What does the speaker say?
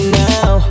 now